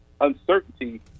uncertainty